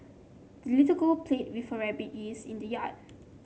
the little girl played with her rabbit and geese in the yard